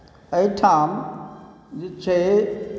एहिठाम जे छै